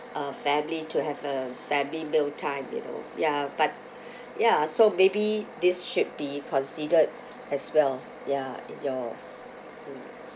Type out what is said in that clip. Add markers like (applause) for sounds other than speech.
uh family to have a family meal time you know ya but (breath) ya so maybe this should be considered as well ya in your mm